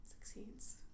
succeeds